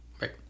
Right